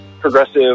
progressive